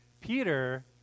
Peter